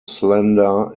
slender